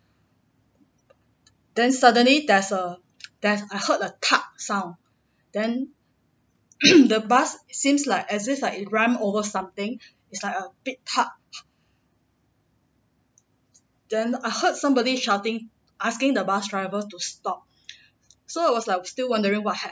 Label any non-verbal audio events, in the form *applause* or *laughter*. then suddenly there's a there's I heard a thud sound then *coughs* the bus seems like as if like it run over something it's like a big thud then I heard somebody shouting asking the bus driver to stop so it was like still wondering what